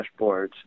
dashboards